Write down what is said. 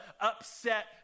upset